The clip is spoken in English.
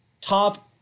top